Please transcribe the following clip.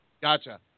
Gotcha